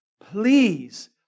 please